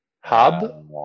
Hub